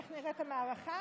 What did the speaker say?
איך נראית המערכה?